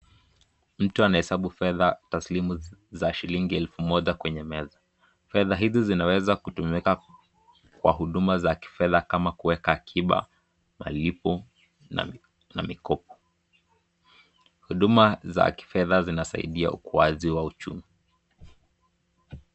Mtu anahesabu fedha kwa simu za shilingi elfu moja kwa meza, fedha hizi zinaweza kutumika kama kuweka kiba, malipo na mikopo huduma za kifedha zinasaidia kwa uchumi.